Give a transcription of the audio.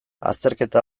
azterketa